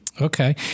Okay